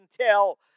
tell